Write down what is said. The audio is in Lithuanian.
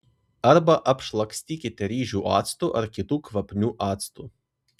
arba apšlakstykite ryžių actu ar kitu kvapniu actu